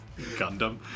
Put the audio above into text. Gundam